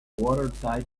watertight